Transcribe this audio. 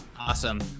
Awesome